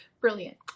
Brilliant